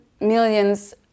Millions